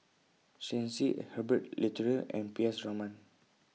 Shen Xi Herbert Eleuterio and P S Raman